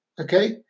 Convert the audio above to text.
okay